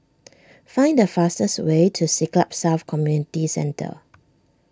find the fastest way to Siglap South Community Centre